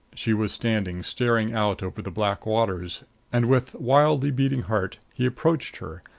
she was standing staring out over the black waters and, with wildly beating heart, he approached her,